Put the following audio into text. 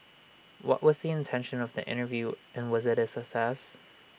what was the intention of the interview and was IT A success